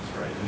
right